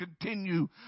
continue